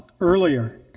earlier